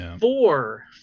Four